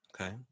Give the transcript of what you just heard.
Okay